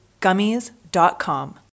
Gummies.com